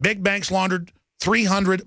big banks laundered three hundred